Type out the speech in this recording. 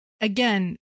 again